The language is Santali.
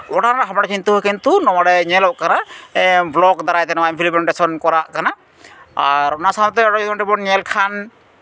ᱠᱤᱱᱛᱩ ᱱᱚᱸᱰᱮ ᱧᱮᱞᱚᱜ ᱠᱟᱱᱟ ᱵᱞᱚᱠ ᱫᱟᱨᱟᱭ ᱛᱮ ᱱᱚᱣᱟ ᱮᱢᱯᱞᱤᱢᱮᱱᱴᱮᱥᱚᱱ ᱠᱚᱨᱟᱜ ᱠᱟᱱᱟ ᱟᱨ ᱚᱱᱟ ᱥᱟᱶᱛᱮ ᱱᱚᱸᱰᱮ ᱡᱩᱫᱤ ᱵᱚᱱ ᱧᱮᱞ ᱠᱷᱟᱱ